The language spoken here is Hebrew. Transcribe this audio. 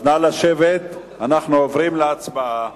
אנחנו עוברים להצבעה.